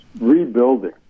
rebuilding